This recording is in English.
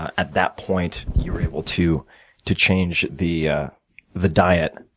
at that point, you're able to to change the the diet,